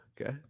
Okay